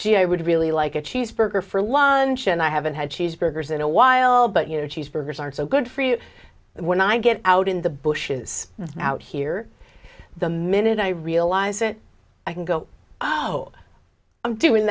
would really like a cheeseburger for lunch and i haven't had cheeseburgers in a while but you know cheeseburgers aren't so good for you but when i get out in the bush is out here the minute i realize it i can go oh i'm doing